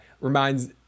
reminds